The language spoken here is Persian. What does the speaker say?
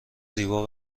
زیبا